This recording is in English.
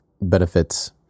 benefits